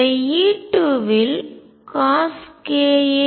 இந்த E2 இல் cos ka 1